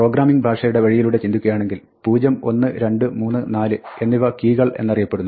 programming ഭാഷയുടെ വഴിയിലൂടെ ചിന്തിക്കുകയാണെങ്കിൽ 0 1 2 3 4 എന്നിവ കീ കൾ എന്നറിയപ്പെടുന്നു